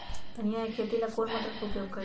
धनिया के खेती ला कौन मोटर उपयोग करी?